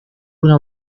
una